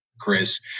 Chris